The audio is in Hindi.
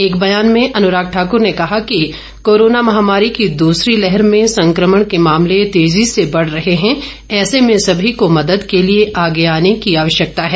एक बयान में अनुराग ठाकुर ने कहा कि कोरोना महामारी की दूसरी लहर में संकमण के मामले तेजी से बढ़ रहे हैं ऐसे में सभी को मदद के लिए आगे आने की आवश्यकता है